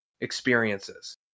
experiences